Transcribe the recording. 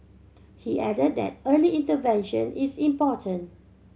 he added that early intervention is important